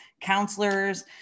counselors